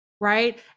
right